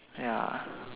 ya